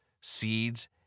seeds